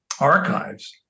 archives